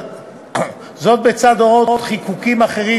בצד הוראות חיקוקים אחרים,